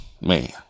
man